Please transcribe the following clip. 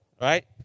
right